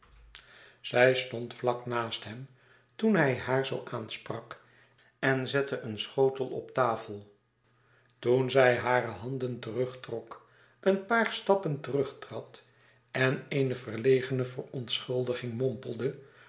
zij stond vlak naast hem toen hij haar zoo aansprak en zette een schotel op tafel toen zij hare handen terugtrok een paar stappen terugtrad en eene verlegene verontschuldiging